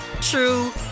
true